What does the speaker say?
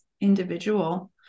individual